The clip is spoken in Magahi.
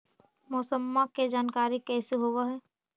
मौसमा के जानकारी कैसे होब है?